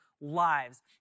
Lives